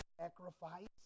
sacrifice